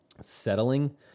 settling